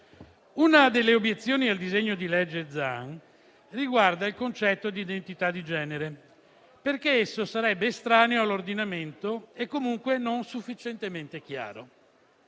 Una delle obiezioni al disegno di legge Zan riguarda il concetto di identità di genere, perché esso sarebbe estraneo all'ordinamento e comunque non sufficientemente chiaro,